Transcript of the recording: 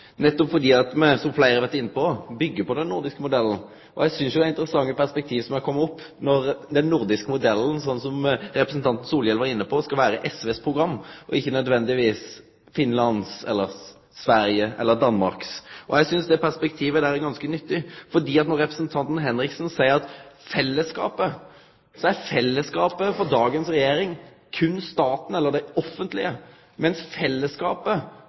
nettopp fordi me, som fleire har vore inne på, byggjer på den nordiske modellen. Eg synest det er eit interessant perspektiv som er kome opp, at den nordiske modellen, som representanten Solhjell var inne på, skal vere SV sitt program, og ikkje nødvendigvis Finland, Sverige eller Danmark sitt. Eg synest det perspektivet er ganske nyttig. Representanten Henriksen seier at fellesskapen for dagens regjering berre er staten eller det offentlege,